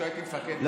כשהייתי מפקד בה"ד 1,